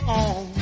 on